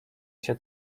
się